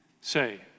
say